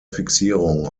fixierung